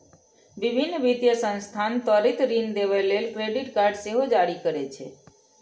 विभिन्न वित्तीय संस्थान त्वरित ऋण देबय लेल क्रेडिट कार्ड सेहो जारी करै छै